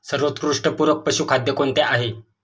सर्वोत्कृष्ट पूरक पशुखाद्य कोणते आहे?